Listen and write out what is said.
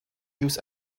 use